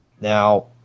Now